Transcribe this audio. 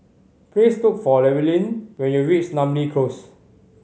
please look for Llewellyn when you reach Namly Close